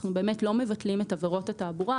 אנחנו באמת לא מבטלים את עבירות התעבורה.